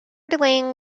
delaying